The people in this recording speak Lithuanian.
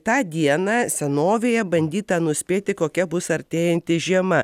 tą dieną senovėje bandyta nuspėti kokia bus artėjanti žiema